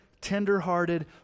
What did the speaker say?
tenderhearted